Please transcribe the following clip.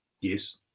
Yes